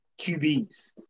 QBs